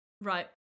right